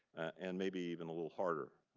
and maybe even a little harder.